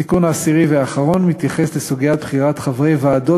התיקון העשירי והאחרון מתייחס לסוגיית בחירת חברי ועדות